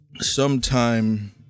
sometime